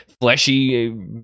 fleshy